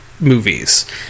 Movies